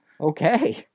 Okay